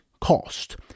cost